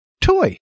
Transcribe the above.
toy